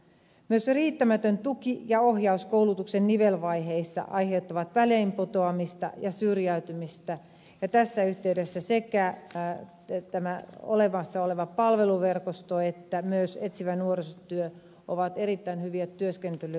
myös riittämätön tuki ja ohjaus koulutuksen nivelvaiheissa aiheuttavat väliinputoamista ja syrjäytymistä ja tässä yhteydessä sekä tämä olemassa oleva palveluverkosto että myös etsivä nuorisotyö ovat erittäin hyviä työskentelymalleja toimia